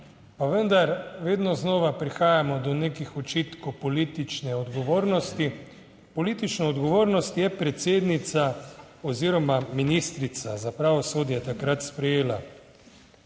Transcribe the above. vendar vedno znova prihajamo do nekih očitkov politične odgovornosti. Politično odgovornost je predsednica oziroma ministrica za pravosodje takrat sprejela,